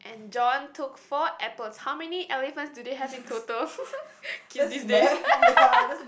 and John took four apples how many elephants do they have in total kids these days